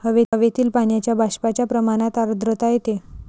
हवेतील पाण्याच्या बाष्पाच्या प्रमाणात आर्द्रता येते